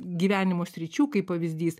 gyvenimo sričių kaip pavyzdys